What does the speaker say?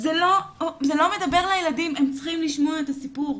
זה לא מדבר לילדים, הם צריכים לשמוע את הסיפור.